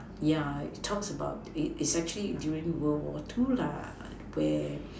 yeah it talks about it is actually during world war two lah where